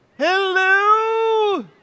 Hello